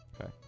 Okay